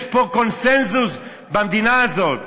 יש פה קונסנזוס במדינה הזאת.